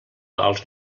els